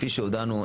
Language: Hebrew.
כפי שהודענו,